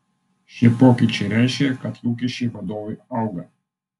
šie pokyčiai reiškia kad lūkesčiai vadovui auga